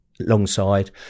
alongside